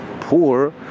poor